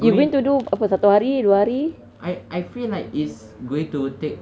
you going to do apa satu hari dua hari